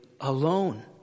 alone